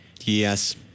Yes